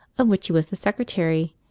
of which he was the secretary,